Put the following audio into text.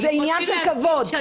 לא, זה עניין של כבוד.